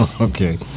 okay